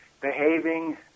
behaving